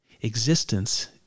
Existence